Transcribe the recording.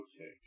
Okay